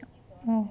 oh